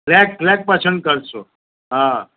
flat flat પસંદ કરશો હા